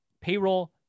payroll